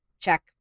check